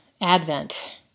Advent